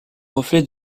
reflet